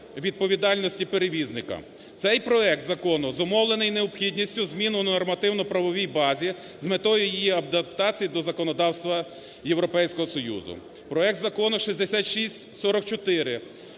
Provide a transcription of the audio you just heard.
відповідальності перевізника. Цей проект закону зумовлений необхідністю змін у нормативно-правовій базі з метою її адаптації до законодавства Європейського Союзу. Проект Закону 6644